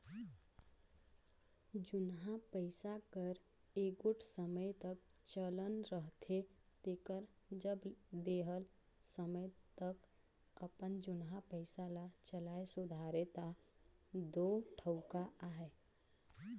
जुनहा पइसा कर एगोट समे तक चलन रहथे तेकर जब देहल समे तक अपन जुनहा पइसा ल चलाए सुधारे ता दो ठउका अहे